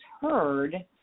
heard